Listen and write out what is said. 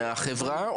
מהחברה,